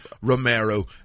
Romero